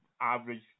average